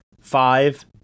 five